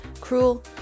cruel